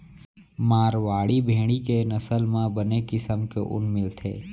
मारवाड़ी भेड़ी के नसल म बने किसम के ऊन मिलथे